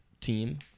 team